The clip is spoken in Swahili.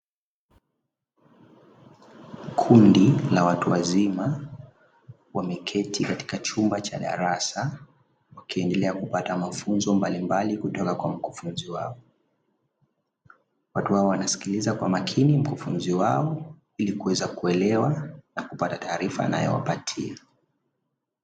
Kundi la watu wazima wameketi katika chumba cha darasa, wakiendelea kupata mafunzo mbalimbali kutoka kwa mkufunzi wao. Watu hao wanasikiliza kwa umakini mkufunzi wao, ili kuweza kuelewa na kupata taarifa wanayopatiwa.